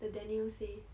the daniel say